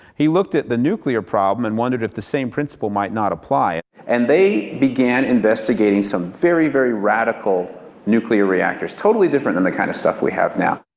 he looked at the nuclear problem and wondered if the same principle might not apply. and they began investigating some very very radical nuclear reactors, totally different from the kind of stuff we have now.